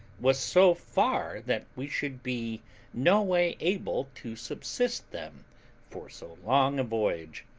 was so far that we should be no way able to subsist them for so long a voyage.